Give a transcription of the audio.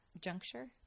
juncture